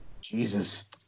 Jesus